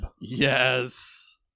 Yes